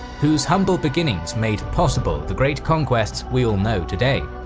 whose humble beginnings made possible the great conquests we all know today.